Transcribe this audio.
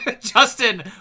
Justin